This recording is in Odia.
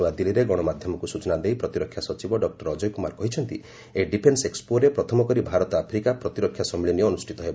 ନୂଆଦିଲ୍ଲୀରେ ଗଣମାଧ୍ୟମକୁ ସୂଚନା ଦେଇ ପ୍ରତିରକ୍ଷା ସଚିବ ଡକ୍ଟର ଅଜୟ କୁମାର କହିଛନ୍ତି ଏହି ଡିଫେନ୍ସ ଏକ୍ସପୋରେ ପ୍ରଥମକରି ଭାରତ ଆଫ୍ରିକା ପ୍ରତିରକ୍ଷା ସମ୍ମିଳନୀ ଅନୁଷ୍ଠିତ ହେବ